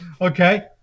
Okay